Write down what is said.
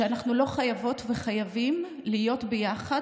שאנחנו לא חייבות וחייבים להיות ביחד